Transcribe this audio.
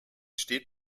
steht